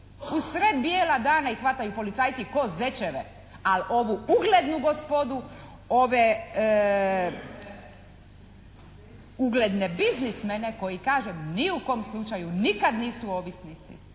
sred bijela dana ih hvataju policajci ko zečeve. Ali ovu uglednu gospodu, ove ugledne biznismene koje kažem ni u kom slučaju nikad nisu ovisnici,